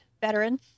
veterans